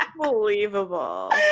Unbelievable